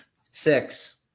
six